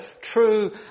true